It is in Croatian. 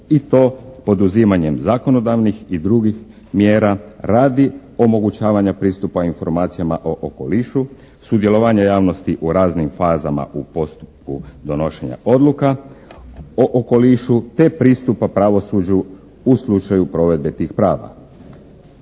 i to poduzimanjem zakonodavnih i drugih mjera radi omogućavanja pristupa informacijama o okolišu, sudjelovanje javnosti u raznim fazama u postupku donošenja odluka o okolišu te pristupa pravosuđu u slučaju provedbe tih prava.